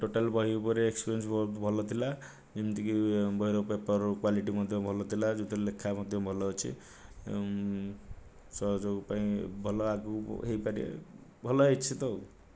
total ବହି ଉପରେ experience ଭଲ ଥିଲା ଯେମିତିକି ବହିର ପେପର କ୍ୱାଲିଟି ମଧ୍ୟ ଭଲ ଥିଲା ଯେଉଁଥିରେ ଲେଖା ମଧ୍ୟ ଭଲ ଅଛି ସହଯୋଗ ପାଇଁ ଭଲ ଆଗକୁ ହୋଇପାରେ ଭଲ ହୋଇଛି ତ ଆଉ